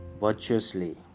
virtuously